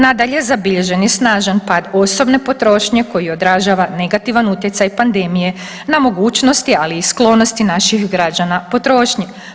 Nadalje, zabilježen je snažan pad osobne potrošnje koji odražava negativan utjecaj pandemije na mogućnosti, ali i sklonosti naših građana potrošnji.